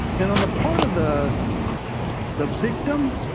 and on the part of the the victim,